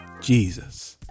Jesus